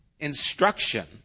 instruction